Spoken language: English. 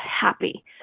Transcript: happy